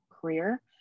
career